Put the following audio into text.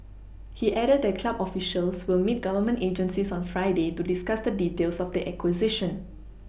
he added that club officials will meet Government agencies on Friday to discuss the details of the acquisition